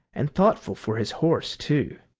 and thoughtful for his horse too.